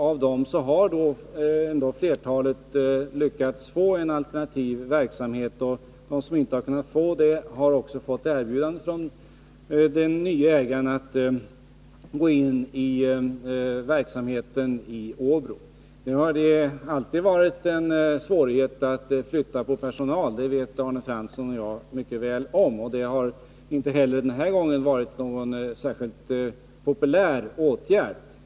Av dessa har flertalet lyckats få en alternativ verksamhet. De som inte har kunnat få det, har fått erbjudande från den nye ägaren att gå in i verksamheten i Åbro. Nu har det alltid varit svårt att flytta på personal. Det vet Arne Fransson och jag mycket väl om. Det har inte heller denna gång varit någon särskilt populär åtgärd.